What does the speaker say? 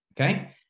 okay